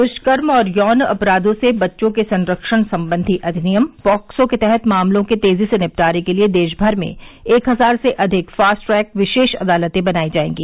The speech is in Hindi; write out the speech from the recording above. दुष्कर्म और यौन अपराधों से बच्चों के संरक्षण संबंधी अधिनियम पॉक्सो के तहत मामलों के तेजी से निपटारे के लिए देश भर में एक हजार से अधिक फास्ट ट्रैक विशेष अदालतें बनाई जायेंगी